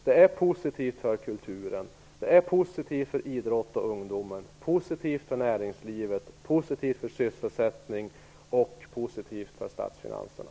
Det är positivt för kulturen, idrotten, ungdomen, näringslivet, sysselsättningen och statsfinanserna.